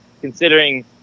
considering